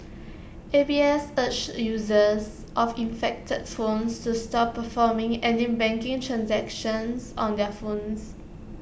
A B S urged users of infected phones to stop performing any banking transactions on their phones